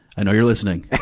i know you're listening.